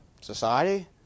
society